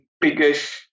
biggest